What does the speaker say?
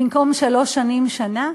במקום שלוש שנים שנה?